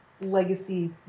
legacy